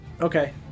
Okay